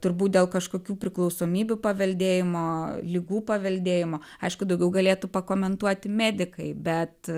turbūt dėl kažkokių priklausomybių paveldėjimo ligų paveldėjimo aišku daugiau galėtų pakomentuoti medikai bet